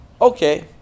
Okay